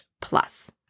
plus